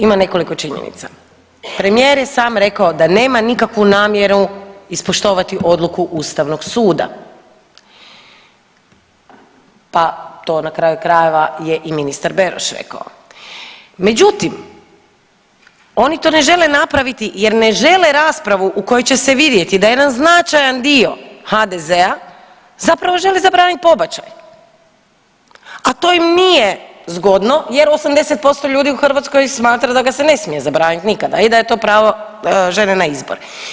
Ima nekoliko činjenica, premijer je sam rekao da nema nikakvu namjeru ispoštovati odluku ustavnog suda pa to na kraju krajeva je i ministar Beroš rekao, međutim oni to ne žele napraviti jer ne žele raspravu u kojoj će se vidjeti da jedan značajan dio HDZ-a zapravo želi zabranit pobačaj, a to im nije zgodno je 80% ljudi u Hrvatskoj smatra da ga se ne smije zabranit nikada i da je to pravo žene na izbor.